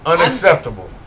Unacceptable